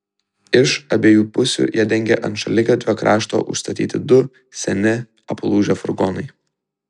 iš abiejų pusių ją dengė ant šaligatvio krašto užstatyti du seni aplūžę furgonai